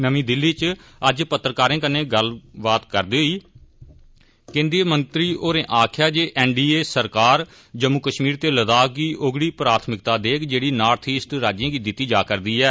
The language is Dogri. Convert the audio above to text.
नमीं दिल्ली इच अज्ज पत्रकारें कन्नै गल्लबात करदे होई केन्द्रीय मंत्री होरें आक्खेया जे एन डी ए सरकार जम्मू कश्मीर ते लद्दाख गी ओकड़ी प्राथमिकता देग जेड़ी नार्थ इस्ट राज्यें गी दितिआं जा रदिआं न